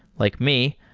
like me,